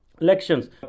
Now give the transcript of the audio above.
elections